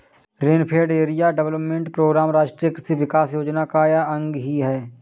rainfed area development programme राष्ट्रीय कृषि विकास योजना का अंग ही है